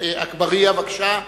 אגבאריה, בבקשה.